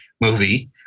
movie